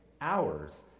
hours